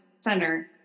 center